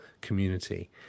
community